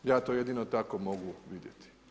Ja to jedino tako mogu vidjeti.